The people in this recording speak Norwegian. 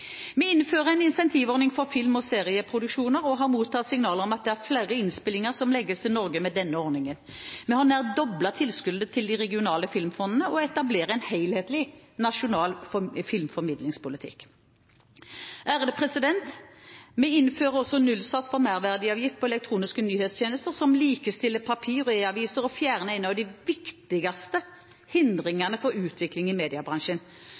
Vi innfører en incentivordning for film- og serieproduksjoner og har mottatt signaler om at flere innspillinger legges til Norge med denne ordningen. Vi har nær doblet tilskuddene til de regionale filmfondene og etablerer en helhetlig nasjonal filmformidlingspolitikk. Vi innfører også nullsats for merverdiavgift på elektroniske nyhetstjenester, som likestiller papir og e-aviser og fjerner en av de viktigste hindringene for utvikling i mediebransjen.